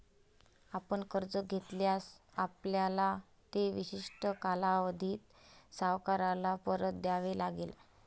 आपण कर्ज घेतल्यास, आपल्याला ते विशिष्ट कालावधीत सावकाराला परत द्यावे लागेल